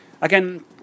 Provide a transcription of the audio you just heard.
Again